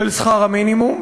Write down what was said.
של שכר המינימום,